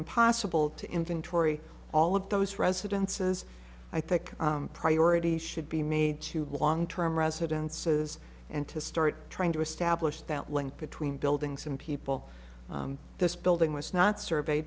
impossible to inventory all of those residences i think priority should be made to long term residences and to start trying to establish that link between buildings and people this building was not survey